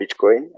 Bitcoin